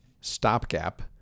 Stopgap